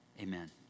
Amen